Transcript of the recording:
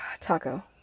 Taco